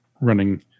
running